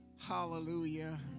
Hallelujah